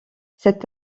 cet